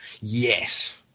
yes